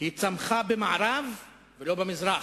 היא צמחה במערב ולא במזרח.